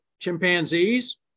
chimpanzees